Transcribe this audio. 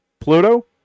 Pluto